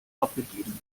aufgegeben